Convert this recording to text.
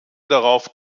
darauf